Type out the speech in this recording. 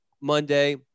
Monday